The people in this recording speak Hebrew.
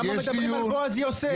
למה מדברים על בועז יוסף?